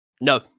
No